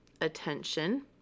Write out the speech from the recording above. attention